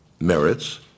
merits